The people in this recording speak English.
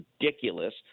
ridiculous